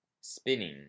spinning